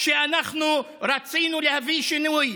שאנחנו רצינו להביא שינוי,